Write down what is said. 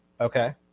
Okay